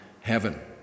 heaven